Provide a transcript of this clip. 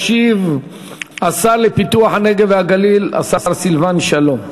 ישיב השר לפיתוח הנגב והגליל, השר סילבן שלום.